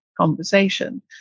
conversation